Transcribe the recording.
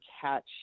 catch